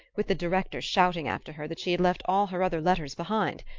with the director shouting after her that she had left all her other letters behind.